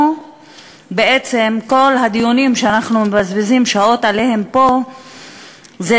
או שבעצם כל הדיונים שאנחנו מבזבזים שעות עליהם פה אלה